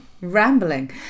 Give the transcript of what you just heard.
rambling